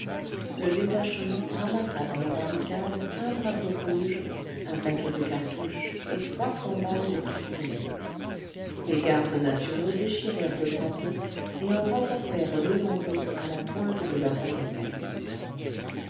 le détachement ramassa dans la barricade un drapeau rouge un paquet de cartouches et trois cents balles de pistolet les gardes nationaux déchirèrent le drapeau et en remportèrent les lambeaux à la pointe de leurs bayonnettes